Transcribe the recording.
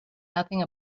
nothing